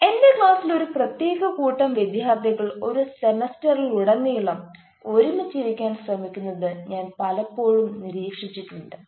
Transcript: എന്റെ ക്ലാസ്സിൽ ഒരു പ്രത്യേക കൂട്ടം വിദ്യാർത്ഥികൾ ഒരു സെമസ്റ്ററിലുടനീളം ഒരുമിച്ച് ഇരിക്കാൻ ശ്രമിക്കുന്നത് ഞാൻ പലപ്പോഴും നിരീക്ഷിച്ചിട്ടുണ്ട്